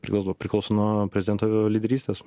priklauso priklauso nuo prezidento lyderystės